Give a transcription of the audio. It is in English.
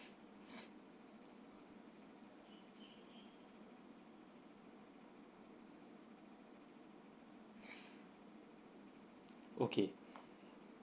okay